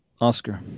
Oscar